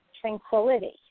tranquility